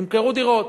נמכרו דירות.